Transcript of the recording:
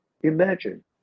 imagine